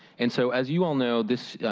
and so as you all know this